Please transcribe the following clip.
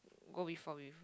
go before with